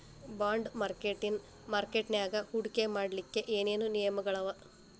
Bond ಮಾರ್ಕೆಟಿನ್ ಮಾರ್ಕಟ್ಯಾಗ ಹೂಡ್ಕಿ ಮಾಡ್ಲೊಕ್ಕೆ ಏನೇನ್ ನಿಯಮಗಳವ?